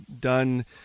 done